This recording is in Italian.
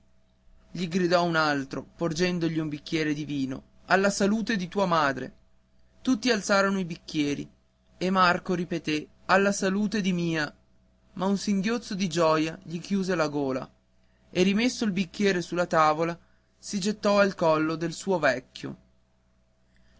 gli gridò un altro porgendogli un bicchiere di vino alla salute di tua madre tutti alzarono i bicchieri e marco ripeté alla salute di mia ma un singhiozzo di gioia gli chiuse la gola e rimesso il bicchiere sulla tavola si gettò al collo del suo vecchio